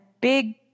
big